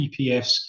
PPFs